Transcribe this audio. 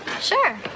Sure